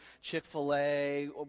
Chick-fil-A